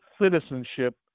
citizenship